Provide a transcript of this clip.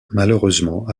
malheureusement